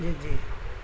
جی جی